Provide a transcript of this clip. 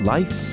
Life